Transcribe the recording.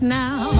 now